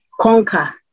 conquer